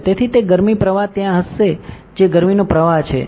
તેથી તે ગરમી પ્રવાહ ત્યાં હશે જે ગરમીનો પ્રવાહ છે